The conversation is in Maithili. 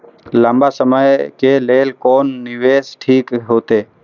लंबा समय के लेल कोन निवेश ठीक होते?